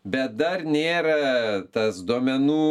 bet dar nėra tas duomenų